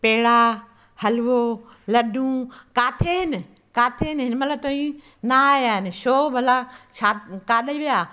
पेड़ा हलवो लडू किथे इन किथे इन हिनमहिल ताईं ना आया आहिनि छो भला केॾाहुं विया